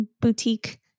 boutique